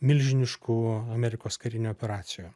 milžiniškų amerikos karinių operacijų